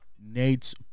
Nate's